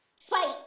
Fight